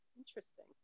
Interesting